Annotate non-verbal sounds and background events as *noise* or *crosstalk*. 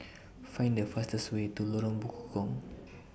Find The fastest Way to Lorong Bekukong *noise*